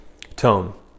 tone